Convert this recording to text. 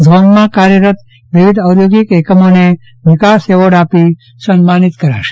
ઝોનમાં કાર્યરત વિવિધ ઔદ્યોગિક એકમોને વિકાસ એવોર્ડ આપી સન્માનિત કરાશે